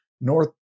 North